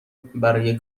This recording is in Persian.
برای